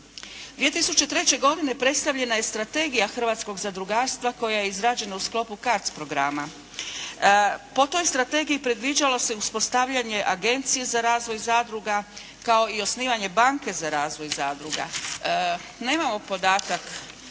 2003. godine predstavljena je strategija hrvatskog zadrugarstva koja je izrađena u sklopu CARDS programa. Po toj strategiji predviđalo se uspostavljanje Agencije za razvoj zadruga kao i osnivanje banke za razvoj zadruga. Nemamo podatak